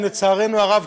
לצערי הרב,